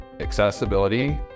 accessibility